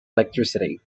electricity